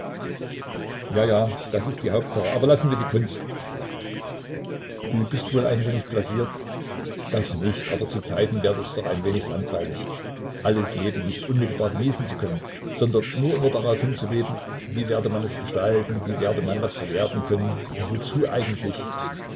ja ja das ist die hauptsache aber lassen wir die kunst du bist wohl ein wenig blasiert das nicht aber zu zeiten werde es doch ein wenig langweilig alles leben nicht unmittelbar genießen zu können sondern nur immer darauf hin zu leben wie werde man es gestalten wie werde man das verwerten können und wozu eigentlich